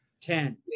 ten